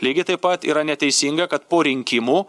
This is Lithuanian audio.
lygiai taip pat yra neteisinga kad po rinkimų